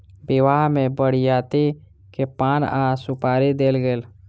विवाह में बरियाती के पान आ सुपारी देल गेल